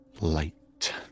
light